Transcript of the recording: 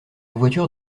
voiture